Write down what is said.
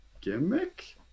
Gimmick